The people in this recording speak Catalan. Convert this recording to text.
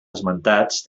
esmentats